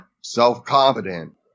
Self-confident